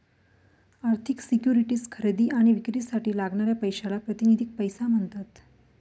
आर्थिक सिक्युरिटीज खरेदी आणि विक्रीसाठी लागणाऱ्या पैशाला प्रातिनिधिक पैसा म्हणतात